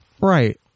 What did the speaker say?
Right